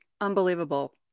Unbelievable